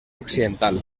occidental